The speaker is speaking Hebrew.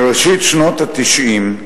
בראשית שנות ה-90,